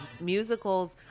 musicals